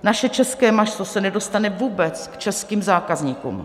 Naše české maso se nedostane vůbec k českým zákazníkům.